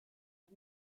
hat